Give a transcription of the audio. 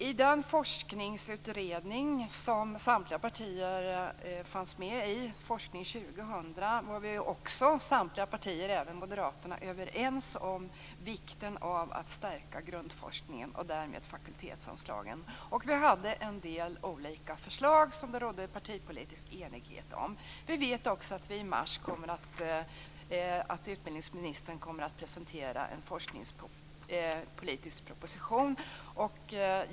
I den forskningsutredning som samtliga partier deltog i, Forskning 2000, var samtliga partier - även Moderaterna - överens om vikten av att stärka grundforskningen och därmed fakultetsanslagen. Det fanns en del olika förslag som det rådde partipolitisk enighet om. Vi vet också att utbildningsministern kommer att presentera en forskningspolitisk proposition i mars.